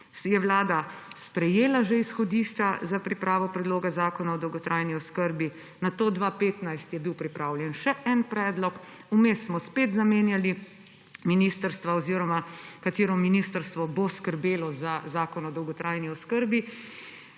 je vlada sprejela že izhodišča za pripravo Predloga zakona o dolgotrajni oskrbi, nato 2015 je bil pripravljen še en predlog, vmes smo spet zamenjali, katero ministrstvo bo skrbelo za zakon o dolgotrajni oskrbi.